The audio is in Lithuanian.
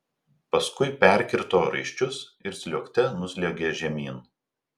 paskui perkirto raiščius ir sliuogte nusliuogė žemyn